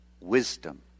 Wisdom